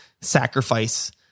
sacrifice